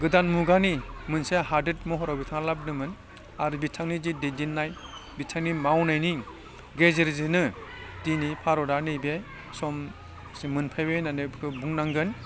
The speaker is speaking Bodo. गोदान मुगानि मोनसे हादोद महराव बिथाङा लाबोदोंमोन आरो बिथांनि जे दैदेन्नाय बिथांनि मावनायनि गेजेरजोंनो दिनै भारता नैबे समसिम मोनफैबाय होन्नानै बेखो बुंनांगोन